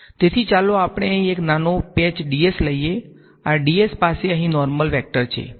તેથી ચાલો આપણે અહીં એક નાનો પેચ dS લઈએ આ dS પાસે અહીં નોર્મલ વેક્ટર છે